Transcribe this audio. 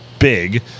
big